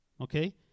Okay